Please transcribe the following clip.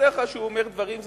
בדרך כלל, כשהוא אומר דברים,